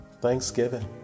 Thanksgiving